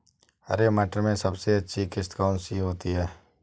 हरे मटर में सबसे अच्छी किश्त कौन सी होती है?